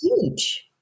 huge